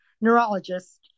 neurologist